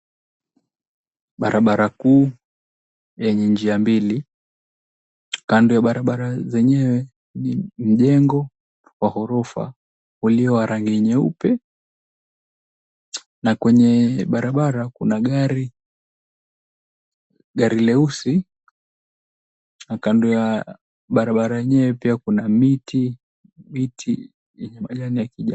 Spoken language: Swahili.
Barabara kuu yenye njia mbili. Kando ya barabara zenyewe ni mjengo wa ghorofa ulio wa rangi nyeupe na kwenye barabara kuna gari leusi na kando ya barabara yenyewe pia kuna miti miti yenye majani ya kijani.